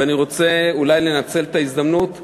ואני רוצה אולי לנצל את ההזדמנות לברך,